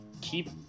keep